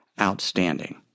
outstanding